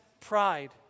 pride